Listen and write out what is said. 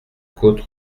côte